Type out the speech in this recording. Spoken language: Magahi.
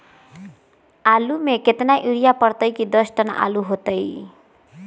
आलु म केतना यूरिया परतई की दस टन आलु होतई?